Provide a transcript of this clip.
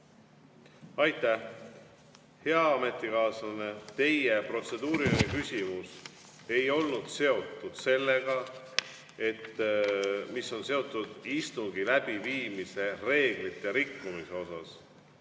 Aitäh! Hea ametikaaslane, teie protseduuriline küsimus ei olnud seotud sellega, mis on seotud istungi läbiviimise reeglite rikkumisega.